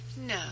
No